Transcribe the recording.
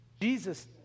Jesus